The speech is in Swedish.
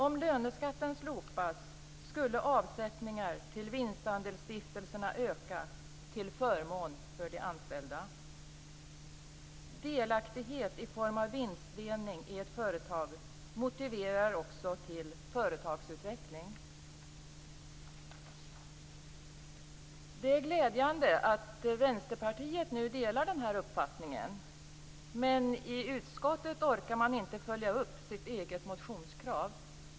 Om löneskatten slopades skulle avsättningar till vinstandelsstiftelserna öka, till förmån för de anställda. Delaktighet i form av vinstdelning i ett företag motiverar också till företagsutveckling. Det är glädjande att Vänsterpartiet nu delar denna uppfattning men i utskottet orkade man inte följa upp sitt eget motionskrav.